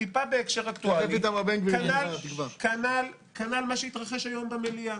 בהקשר אקטואלי, כנ"ל מה שהתרחש היום במליאה.